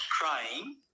crying